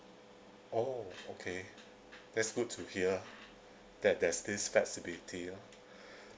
oh okay that's good to hear ah that there's this flexibility ah